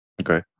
Okay